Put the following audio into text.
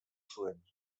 zuen